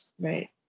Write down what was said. Right